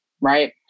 right